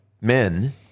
men